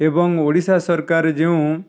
ଏବଂ ଓଡ଼ିଶା ସରକାର ଯେଉଁ